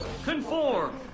conform